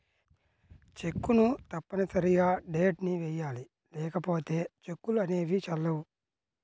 చెక్కును తప్పనిసరిగా డేట్ ని వెయ్యాలి లేకపోతే చెక్కులు అనేవి చెల్లవు